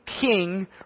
king